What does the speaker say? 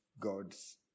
God's